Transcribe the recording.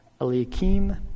Eliakim